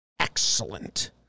Excellent